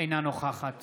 אינה נוכחת